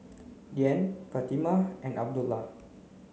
Dian Fatimah and Abdullah